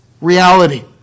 reality